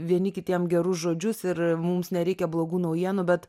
vieni kitiem gerus žodžius ir mums nereikia blogų naujienų bet